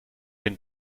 den